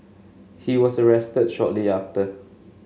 he was arrested shortly after